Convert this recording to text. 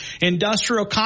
industrial